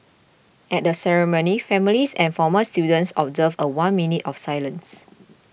at the ceremony families and former students observed a one minute of silence